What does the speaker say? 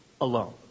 alone